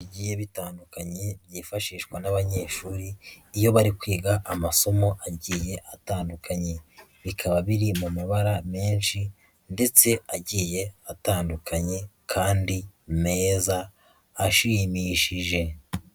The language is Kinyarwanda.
Bigiye bitandukanye byifashishwa n'abanyeshuri iyo bari kwiga amasomo agiye atandukanye, bikaba biri mu mabara menshi ndetse agiye atandukanye kandi meza ashimishije.